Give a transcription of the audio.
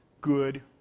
Good